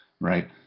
right